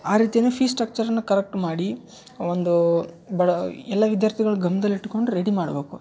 ಆ ರೀತಿನು ಫೀಸ್ ಸ್ಟ್ರಕ್ಚರ್ನ ಕರಕ್ಟ್ ಮಾಡಿ ಒಂದು ಬಡ ಎಲ್ಲ ವಿದ್ಯಾರ್ತೀಗಳ ಗಮ್ನದಲ್ಲಿ ಇಟ್ಕೊಂಡು ರೆಡಿ ಮಾಡ್ಬೇಕು